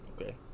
Okay